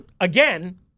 again